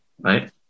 Right